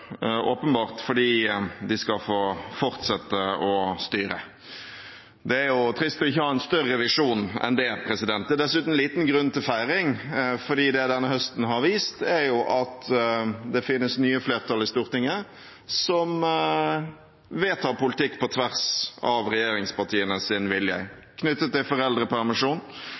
åpenbart fordi de skal få fortsette å styre. Det er trist ikke å ha en større visjon enn det. Det er dessuten liten grunn til feiring, for det denne høsten har vist, er at det finnes nye flertall i Stortinget, som vedtar politikk på tvers av regjeringspartienes vilje, knyttet til foreldrepermisjon,